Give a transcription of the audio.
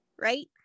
Right